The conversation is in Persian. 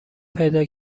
پیدا